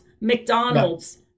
McDonald's